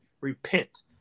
Repent